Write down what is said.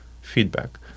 feedback